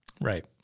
Right